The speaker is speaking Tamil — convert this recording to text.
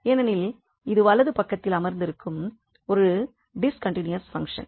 ஏனெனில் இது வலது பக்கத்தில் அமர்ந்திருக்கும் ஒரு டிஸ்கன்டினுயஸ் பங்க்ஷன்